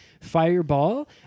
Fireball